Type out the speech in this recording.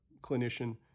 clinician